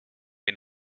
een